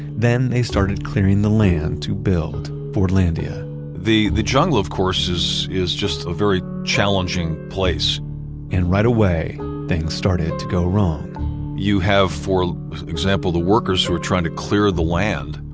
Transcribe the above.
then they started clearing the land to build fordlandia the the jungle, of course, is is just a very challenging place and right away things started to go wrong you have, for example, the workers who are trying to clear the land,